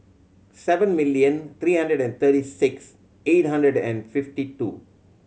seven million three hundred and thirty six eight hundred and fifty two